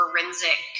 forensic